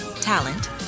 talent